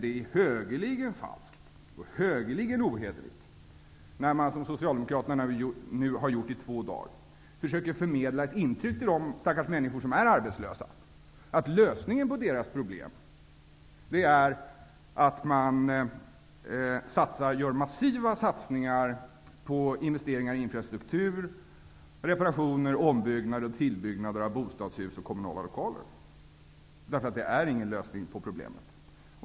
Det är högeligen falskt och ohederligt att, som Scoialdemokraterna nu i två dagar har gjort, försöka förmedla ett intryck till de stackars människor som är arbetslösa, av att lösningen på deras problem är massiva satsningar på investeringar i infrastruktur och på reparationer, ombyggnader och tillbyggnader av bostadshus och kommunala lokaler. Det är ingen lösning på problemet.